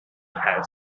head